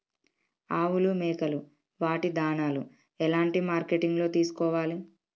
ఆవులు మేకలు వాటి దాణాలు ఎలాంటి మార్కెటింగ్ లో తీసుకోవాలి?